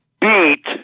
beat